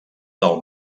del